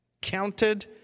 Counted